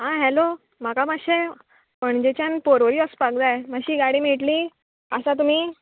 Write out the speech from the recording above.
आं हॅलो म्हाका मातशें पणजेच्यान पोरोरी वोसपाक जाय मात्शी गाडी मेळटली आसा तुमी